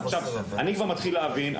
עכשיו אני כבר מתחיל להבין,